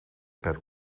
per